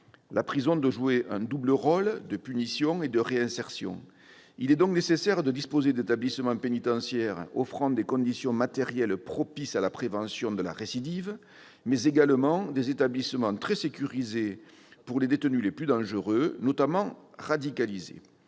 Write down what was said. La prison doit jouer un double rôle de punition et de réinsertion. Il est donc nécessaire de disposer d'établissements pénitentiaires offrant des conditions matérielles propices à la prévention de la récidive, mais également d'établissements très sécurisés pour les détenus les plus dangereux, notamment ceux